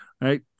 right